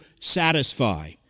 satisfy